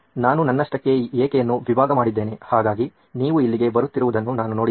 ನಾನು ನನ್ನಷ್ಟಕ್ಕೆ ಏಕೆಯನ್ನು ವಿಭಾಗ ಮಾಡಿದೇನೆ ಹಾಗಾಗಿ ನೀವು ಇಲ್ಲಿಗೆ ಬರುತ್ತಿರುವುದನ್ನು ನಾನು ನೋಡಿದ್ದೇನೆ